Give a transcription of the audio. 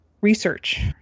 research